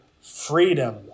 Freedom